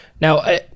Now-